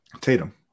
Tatum